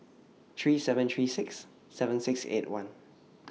three seven three six seven six eight one